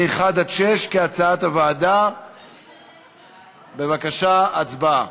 מ-1 עד 6 כהצעת הוועדה, בבקשה, הצבעה.